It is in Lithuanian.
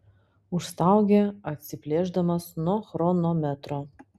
užstaugė atsiplėšdamas nuo chronometro